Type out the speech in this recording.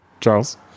Charles